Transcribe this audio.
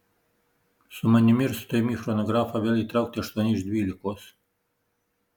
su manimi ir su tavimi į chronografą vėl įtraukti aštuoni iš dvylikos